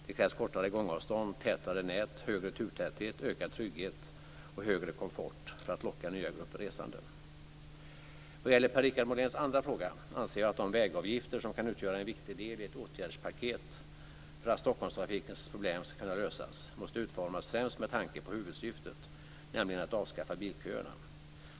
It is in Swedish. Det krävs kortare gångavstånd, tätare nät, högre turtäthet, ökad trygghet och högre komfort för att locka nya grupper resande. Vad gäller Per-Richard Moléns andra fråga anser jag att de vägavgifter, som kan utgöra en viktig del i ett åtgärdspaket för att Stockholmstrafikens problem ska kunna lösas, måste utformas främst med tanke på huvudsyftet, nämligen att avskaffa bilköerna.